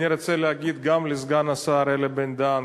אני רוצה להגיד גם לסגן השר אלי בן-דהן,